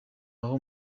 hano